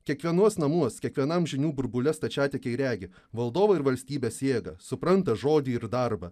kiekvienuos namuos kiekvienam žinių burbule stačiatikiai regi valdovo ir valstybės jėgą supranta žodį ir darbą